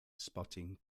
spotting